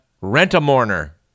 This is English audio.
Rent-A-Mourner